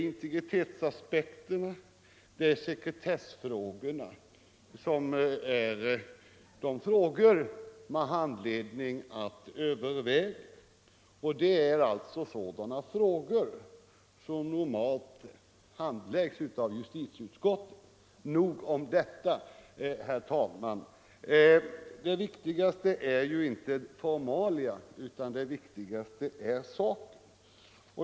Integritetsaspekterna och sekretessproblemen är frågor som man har all anledning att överväga. Sådana frågor handläggs normalt av justitieutskottet. — Nog om detta, herr talman! Det viktigaste är emellertid inte formalia, utan det viktigaste är ju saken.